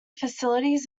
facilities